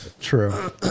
True